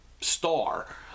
star